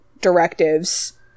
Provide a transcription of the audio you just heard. directives